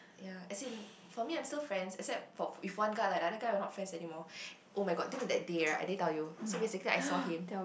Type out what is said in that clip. ya as in for me I'm still friends except for with one guy lah the other guy I'm not friends anymore oh-my-god that day right I didn't tell you so basically I saw him